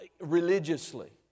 religiously